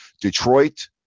Detroit